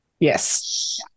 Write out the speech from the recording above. Yes